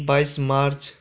बाइस मार्च